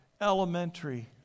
elementary